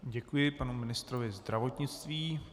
Děkuji panu ministrovi zdravotnictví.